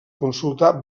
consultar